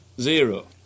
zero